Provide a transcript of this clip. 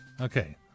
Okay